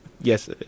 Yes